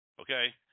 Okay